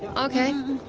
okay.